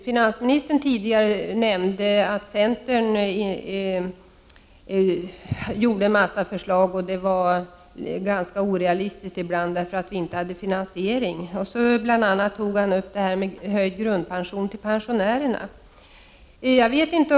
Finansministern sade tidigare att centern lagt fram en massa förslag som ibland var ganska orealistiska, eftersom vi inte hade finansiering för dem. Han nämnde bl.a. förslaget om höjd grundpension till pensionärerna.